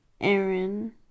Aaron